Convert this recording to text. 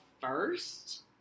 first